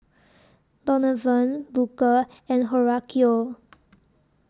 Donovan Booker and Horacio